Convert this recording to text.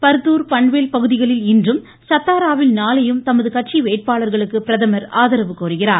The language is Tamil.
பர்த்தூர் பன்வேல் பகுதிகளில் இன்றும் சத்தாராவில் நாளையும் தமது கட்சி வேட்பாளர்களுக்கு பிரதமர் ஆதரவு கோருகிறார்